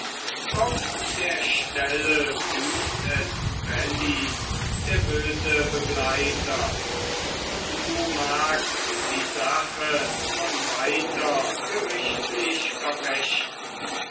auf der stelle büßt es bellyn der böse begleiter und du magst die sache nun weiter gerichtlich verfechten